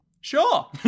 Sure